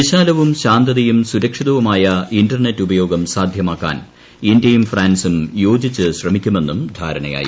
വിശാലവും ശാന്തത യും സുരക്ഷിതവുമായ ഇന്റർനെറ്റ് ഉപയോഗം സാധ്യമാക്കാൻ ഇന്തൃയും ഫ്രാൻസും യോജിച്ച് ശ്രമിക്കുമെന്നും ധാരണയായി